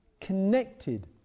connected